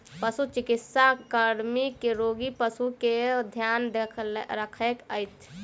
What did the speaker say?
पशुचिकित्सा कर्मी रोगी पशु के ध्यान रखैत अछि